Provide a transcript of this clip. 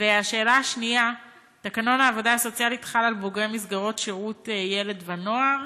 2. תקנון העבודה הסוציאלית חל על בוגרי מסגרות השירות לילד ולנוער.